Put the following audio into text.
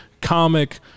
comic